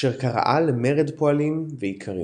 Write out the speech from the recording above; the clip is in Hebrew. אשר קראה למרד פועלים ואיכרים.